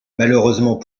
malheureusement